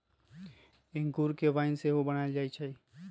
इंगूर से वाइन सेहो बनायल जाइ छइ